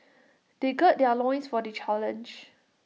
they gird their loins for the challenge